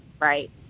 right